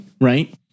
Right